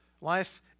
Life